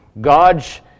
God's